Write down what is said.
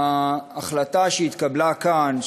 ההחלטה שהתקבלה כאן,